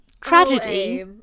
Tragedy